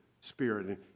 spirit